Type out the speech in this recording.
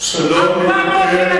1,400 הרוגים?